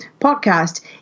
podcast